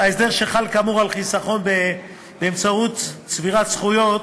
ההסדר שחל כאמור על חיסכון באמצעות צבירת זכויות,